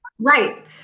Right